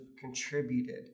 contributed